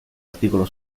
articolo